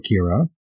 Kira